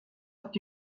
habt